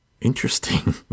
Interesting